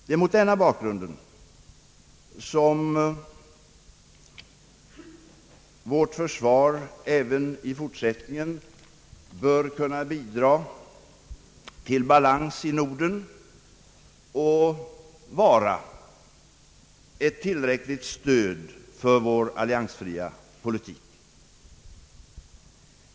Det är mot denna bakgrund som vårt försvar även i fortsättningen bör kunna bidra till balans i Norden och vara ett tillräckligt stöd för vår alliansfria politik.